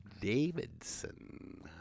Davidson